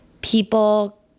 people